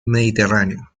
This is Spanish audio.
mediterráneo